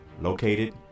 Located